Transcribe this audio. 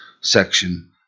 section